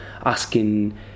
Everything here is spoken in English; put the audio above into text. asking